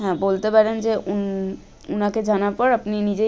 হ্যাঁ বলতে পারেন যে উন ওঁকে জানার পর আপনি নিজেই